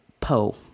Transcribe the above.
po